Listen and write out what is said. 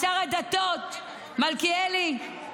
שר הדתות מלכיאלי,